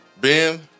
Ben